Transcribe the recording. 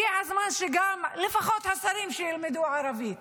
הגיע הזמן שגם לפחות השרים שילמדו ערבית.